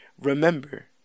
Remember